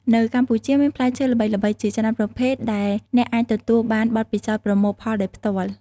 នៅកម្ពុជាមានផ្លែឈើល្បីៗជាច្រើនប្រភេទដែលអ្នកអាចទទួលបានបទពិសោធន៍ប្រមូលផលដោយផ្ទាល់។